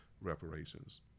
reparations